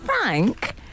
Frank